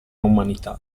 umanità